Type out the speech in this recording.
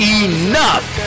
enough